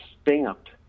stamped